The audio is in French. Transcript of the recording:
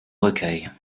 recueil